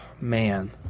Man